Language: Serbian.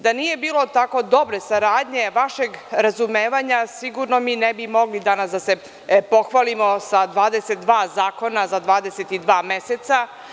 Da nije bilo tako dobre saradnje i vašeg razumevanja, sigurno mi ne bi mogli danas da se pohvalimo sa 22 zakona za 22 meseca.